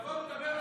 לבוא ולדבר לעניין.